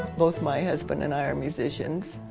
both my husband and i are musicians.